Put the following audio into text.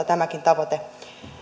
tämäkin tavoite